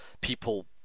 people